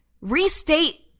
restate